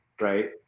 right